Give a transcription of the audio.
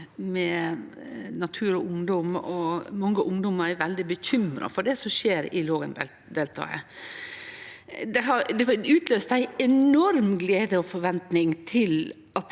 med Natur og ungdom, og mange ungdomar er veldig bekymra for det som skjer i Lågendeltaet: «Det var stor glede og forventning til at